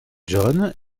john